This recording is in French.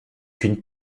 qu’une